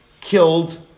killed